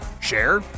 Share